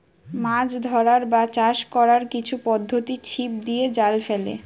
মাছ ধরার বা চাষ কোরার কিছু পদ্ধোতি ছিপ দিয়ে, জাল ফেলে